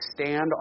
stand